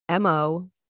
MO